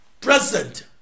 present